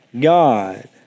God